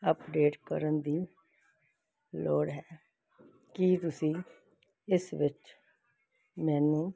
update ਕਰਨ ਦੀ ਲੋੜ ਹੈ ਕੀ ਤੁਸੀਂ ਇਸ ਵਿੱਚ ਮੈਨੂੰ